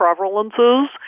prevalences